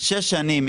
שש שנים,